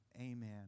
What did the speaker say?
Amen